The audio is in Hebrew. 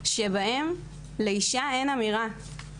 שבהן לאישה אין אמירה,